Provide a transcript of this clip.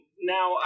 Now